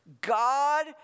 God